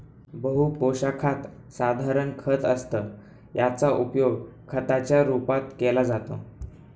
बहु पोशाखात साधारण खत असतं याचा उपयोग खताच्या रूपात केला जातो